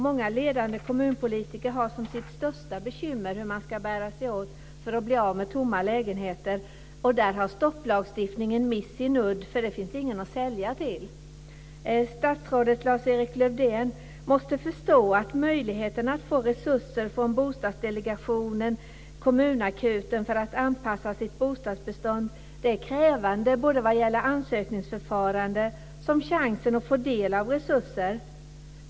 Många ledande kommunpolitiker har som sitt största bekymmer hur man ska bära sig åt för att bli av med tomma lägenheter. Där har stopplagstiftningen mist sin udd, för det finns ingen att sälja till. Lars-Erik Lövdén måste förstå att möjligheterna att få resurser från Bostadsdelegationen och kommunakuten för att anpassa sitt bostadsbestånd är krävande vad gäller såväl ansökningsförfarande som chansen att få del av resurser.